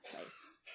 place